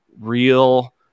real